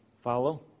Follow